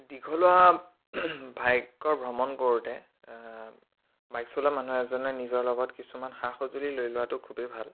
দীঘলীয়া বাইকৰ ভ্ৰমণ কৰোঁতে বাইক চলোৱা মানুহ এজনে নিজৰ লগত কিছুমান সা সজুঁলি লৈ লোৱাটো খুবেই ভাল